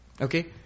Okay